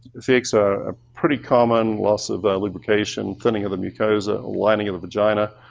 effects are ah pretty common, loss of lubrication, thinning of the mucosal lining of the vagina,